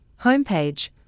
homepage